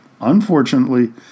unfortunately